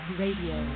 radio